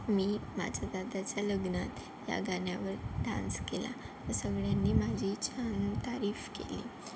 मी माझ्या दादाच्या लग्नात या गाण्यावर डान्स केला सगळ्यांनी माझी छान तारीफ केली